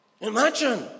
Imagine